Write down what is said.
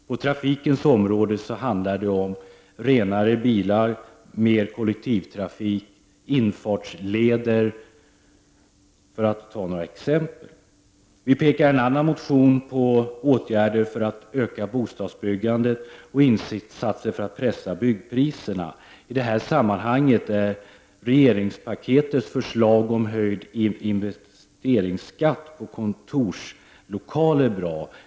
På trafikens område handlar det t.ex. om renare bilar, mer kollektivtrafik och infartsleder. I en annan motion tar vi upp åtgärder för att öka bostadsbyggandet och insatser för att pressa byggpriserna. I det här sammanhanget är regeringspaketets förslag om en höjd investeringsskatt på kontorslokaler bra.